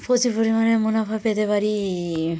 প্রচুর পরিমাণে মুনাফা পেতে পারি